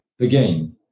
Again